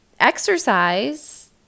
exercise